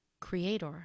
creator